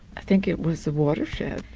i think it was the watershed,